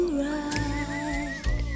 right